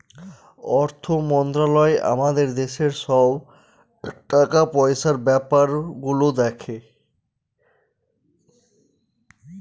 অর্থ মন্ত্রালয় আমাদের দেশের সব টাকা পয়সার ব্যাপার গুলো দেখে